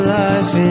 life